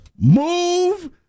Move